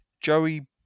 Joey